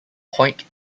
point